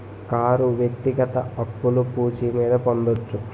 car వ్యక్తిగత అప్పులు పూచి మీద పొందొచ్చు